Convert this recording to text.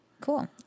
Cool